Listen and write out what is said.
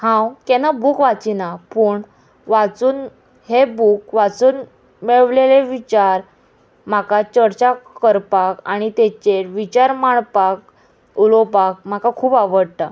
हांव केन्ना बूक वाचिना पूण वाचून हे बूक वाचून मेळलेले विचार म्हाका चर्चा करपाक आनी तेचेर विचार मांडपाक उलोवपाक म्हाका खूब आवडटा